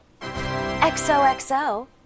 Xoxo